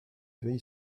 veille